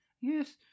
Yes